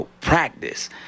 practice